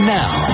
now